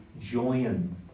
join